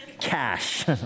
Cash